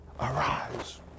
arise